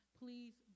please